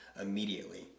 immediately